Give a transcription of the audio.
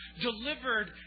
delivered